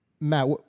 Matt